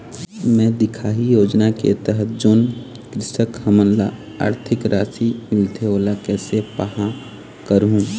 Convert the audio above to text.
मैं दिखाही योजना के तहत जोन कृषक हमन ला आरथिक राशि मिलथे ओला कैसे पाहां करूं?